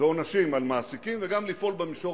ועונשים על מעסיקים וגם לפעול במישור